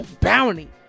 Bounty